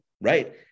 right